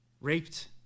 raped